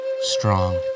strong